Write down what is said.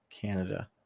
Canada